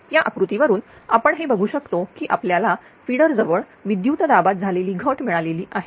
या आकृतीवरून आपण हे बघू शकतो की आपल्याला फिडर जवळ विद्युत दाबात झालेली घट मिळालेली आहे